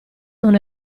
non